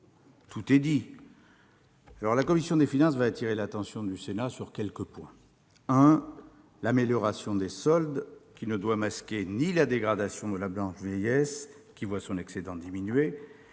tout a été dit. La commission des finances souhaite appeler l'attention du Sénat sur quelques points. En premier lieu, l'amélioration des soldes ne doit masquer ni la dégradation de la branche vieillesse, qui voit son excédent diminuer,